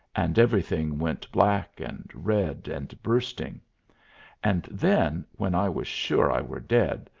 and everything went black and red and bursting and then, when i were sure i were dead,